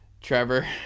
Trevor